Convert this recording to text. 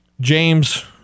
James